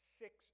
six